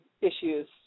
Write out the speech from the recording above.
issues